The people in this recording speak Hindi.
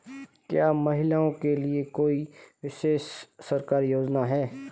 क्या महिलाओं के लिए कोई विशेष सरकारी योजना है?